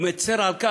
הוא מצר על כך,